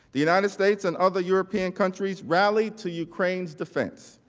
the united states and other european countries rallied to ukraine's defense.